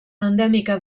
endèmica